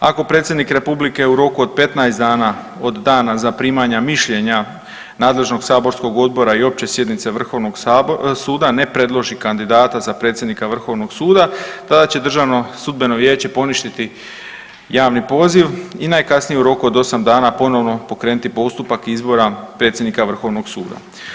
Ako Predsjednik Republike u roku od 15 dana od dana zaprimanja mišljenja nadležnog saborskog odbora i opće sjednice Vrhovnog sab, suda, ne predloži kandidata za predsjednika Vrhovnog suda, tada će Državno sudbeno vijeća poništiti javni poziv i najkasnije u roku od 8 dana ponovo pokrenuti postupak izbora predsjednika Vrhovnog suda.